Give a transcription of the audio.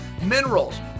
minerals